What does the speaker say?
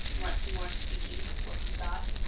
once more speaking before he thought.